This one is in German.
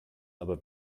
aber